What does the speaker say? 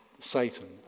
Satan